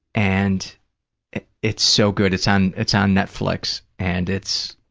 and it's so good. it's on it's on netflix, and it's